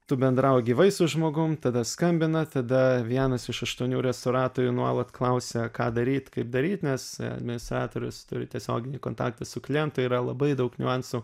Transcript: tu bendrauji gyvai su žmogum tada skambina tada vienas iš aštuonių restauratorių nuolat klausia ką daryt kaip daryt nes administratorius turi tiesioginį kontaktą su klientu yra labai daug niuansų